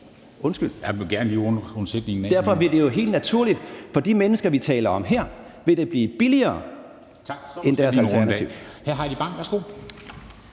Så derfor vil det jo helt naturligt for de mennesker, vi taler om her, blive billigere end deres alternativ.